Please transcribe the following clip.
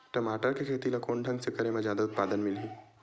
टमाटर के खेती ला कोन ढंग से करे म जादा उत्पादन मिलही?